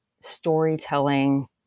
storytelling